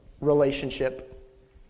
relationship